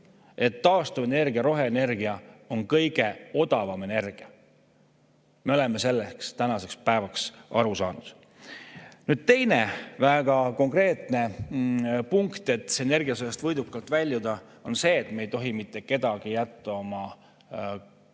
et taastuvenergia, roheenergia on kõige odavam energia. Me oleme sellest nüüdseks aru saanud. Teine väga konkreetne punkt, et sellest energiasõjast võidukalt väljuda, on see, et me ei tohi mitte kedagi jätta suure